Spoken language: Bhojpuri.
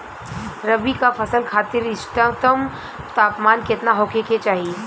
रबी क फसल खातिर इष्टतम तापमान केतना होखे के चाही?